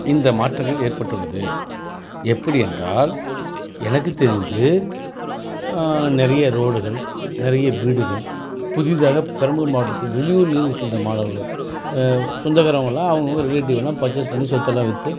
இந்த மாற்றங்கள் ஏற்பட்டுள்ளது எப்படி என்றால் எனக்கு தெரிந்து நிறைய ரோடுகள் நிறைய வீடுகள் புதிதாக பெரம்பலூர் மாவட்டத்தில் வெளியூரில் இருக்கின்ற மாணவர்கள் சொந்தக்காரங்கள்லாம் அவங்க அவங்க ரிலேட்டிவெலாம் பர்ச்சேஸ் பண்ணி சொத்தெல்லாம் விற்று